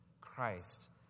Christ